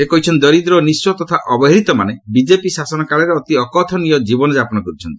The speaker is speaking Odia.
ସେ କହିଛନ୍ତି ଦରିଦ୍ର ଓ ନିଃଶ୍ୱ ତଥା ଅବହେଳିତମାନେ ବିଜେପି ଶାସନ କାଳରେ ଅତି ଅକଥନୀୟ ଜୀବନଯାପନ କରିଛନ୍ତି